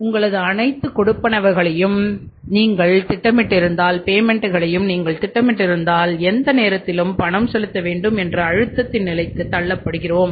உங்களது அனைத்து கொடுப்பனவுகளையும் நீங்கள் திட்டமிட்டிருந்தால் எந்த நேரத்திலும் பணம் செலுத்த வேண்டும் என்ற அழுத்தத்தின் நிலைக்கு தள்ளப்படுகிறோம்